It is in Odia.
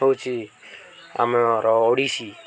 ହେଉଛି ଆମର ଓଡ଼ିଶୀ